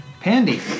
Pandy